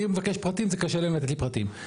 אני מבקש פרטים, קשה להם לתת לי פרטים.